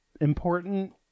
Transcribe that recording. important